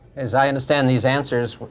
as i understand these answers,